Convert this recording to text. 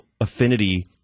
affinity